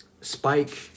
Spike